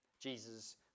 Jesus